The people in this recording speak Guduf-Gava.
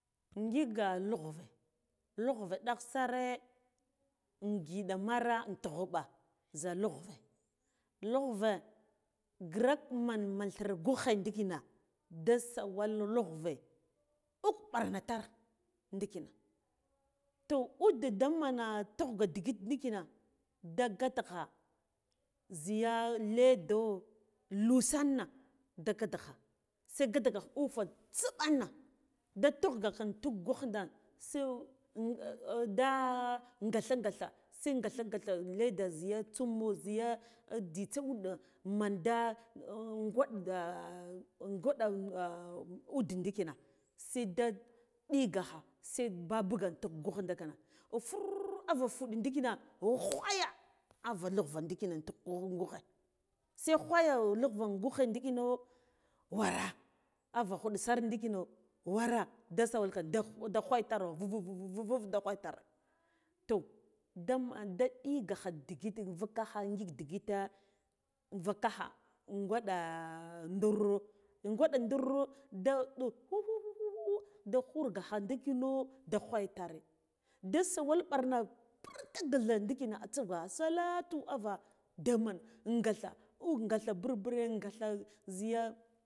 Ngiga lugve lugve ɗigh sare ndigɗa mara in tu ghuba za lugve lugve grak man man thrire gughe ndikina toh ude da mana tughga digit ndikina da gata kha ziya ledo lusanna da gata kha se gat aga ufe tsiɓanna da dughga kam tugh gughna se da gatha gatha se gatha gatha leda ziya tsummo ziya jzitsa wuɗa man da waɗi gwaɗa udeh ndikna seda ndigakha sei ba buga tuk gugh dakana ufurr ava fuɗ ndikina ughwaya ava lugva ndikina intuk gu gughe se ghwaya lugva in gughe ndikino wara ava huɗsire ndikino wara da sawalka da ghwaya tar vuvu vuvu vavu da ghwaya tar to da da digakha wukakha ngila digite vukakha gwaɗe ɗurr gwaɗa durr da ɗu huhu huhuhu da khurgaha ndikino da ghwaya tare da sawal barna purtikdha ndikina atsugha assalatu ava daman gatha uk gatha burbure gatha ziya.